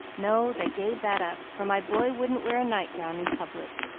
no they gave that up, for my boy wouldn't wear a night-gown in public.